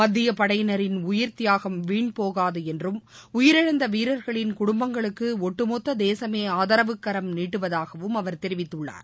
மத்திய படையினரின் உயிர் தியாகம் வீண்போகாது என்றும் உயிரிழந்த வீரர்களின் குடும்பங்களுக்கு ஒட்டுமொத்த தேசமே ஆதரவு கரம் நீட்டுவதாகவும் அவர் தெரிவித்துள்ளார்